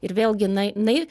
ir vėlgi na jinai